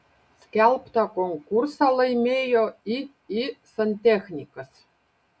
skelbtą konkursą laimėjo iį santechnikas